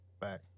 Back